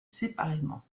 séparément